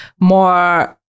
more